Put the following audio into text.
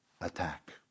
attack